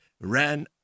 ran